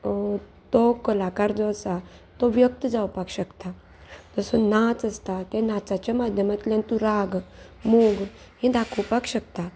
तो कलाकार जो आसा तो व्यक्त जावपाक शकता जसो नाच आसता ते नाचाच्या माध्यमांतल्यान तूं राग मोग हें दाखोवपाक शकता